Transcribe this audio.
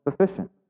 sufficient